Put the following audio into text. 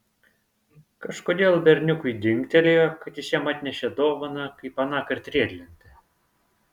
kažkodėl berniukui dingtelėjo kad jis jam atnešė dovaną kaip anąkart riedlentę